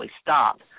stop